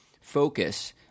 focus